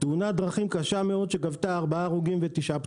תאונת דרכים קשה מאוד שגבתה ארבעה הרוגים ותשעה פצועים.